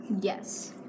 yes